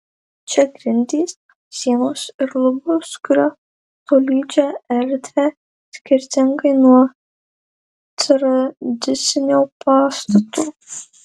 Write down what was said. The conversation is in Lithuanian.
čia grindys sienos ir lubos kuria tolydžią erdvę skirtingai nuo tradicinio pastato